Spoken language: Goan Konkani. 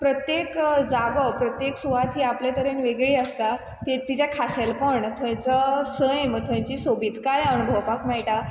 प्रत्येक जागो प्रत्येक सुवात ही आपल्या तरेन वेगळी आसता ती तिजें खाशेलपण थंयचो सैम थंयची सोबीतकाय अणभवपाक मेळटा